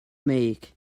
make